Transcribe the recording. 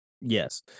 yes